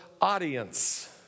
audience